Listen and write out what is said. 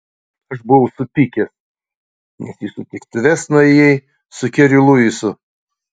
aš buvau supykęs nes į sutiktuves nuėjai su keriu luisu